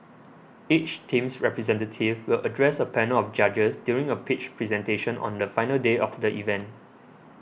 each team's representative will address a panel of judges during a pitch presentation on the final day of the event